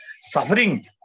Suffering